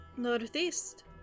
Northeast